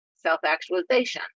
self-actualization